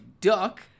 duck